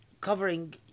covering